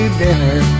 dinner